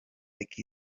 like